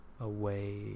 away